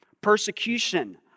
persecution